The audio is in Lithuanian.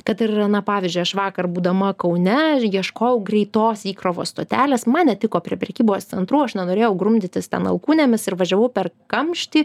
kad ir na pavyzdžiui aš vakar būdama kaune ir ieškojau greitos įkrovos stotelės man netiko prie prekybos centrų aš nenorėjau grumdytis ten alkūnėmis ir važiavau per kamštį